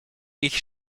ich